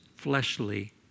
Fleshly